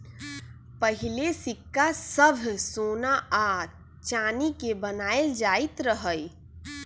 पहिले सिक्का सभ सोना आऽ चानी के बनाएल जाइत रहइ